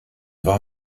war